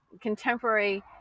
contemporary